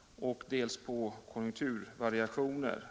— dels på konjunkturvariationer.